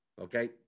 Okay